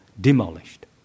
demolished